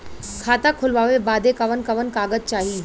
खाता खोलवावे बादे कवन कवन कागज चाही?